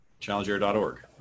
Challengeair.org